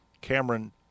Cameron